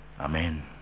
Amen